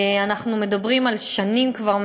אנחנו מדברים שנים כבר,